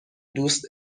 دوست